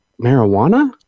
marijuana